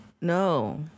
No